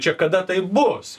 čia kada taip bus